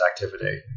activity